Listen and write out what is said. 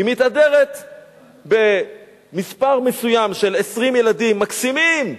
היא מתהדרת במספר מסוים של 20 ילדים מקסימים,